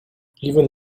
even